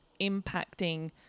impacting